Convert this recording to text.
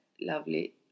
lovely